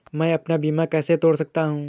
मैं अपना बीमा कैसे तोड़ सकता हूँ?